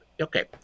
okay